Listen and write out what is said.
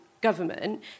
government